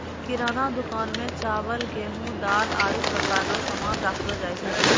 किराना दुकान मे चावल, गेहू, दाल, आरु प्रकार रो सामान राखलो जाय छै